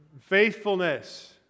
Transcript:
Faithfulness